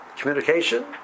Communication